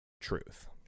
truth